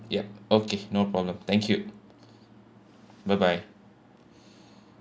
yup okay no problem thank you bye bye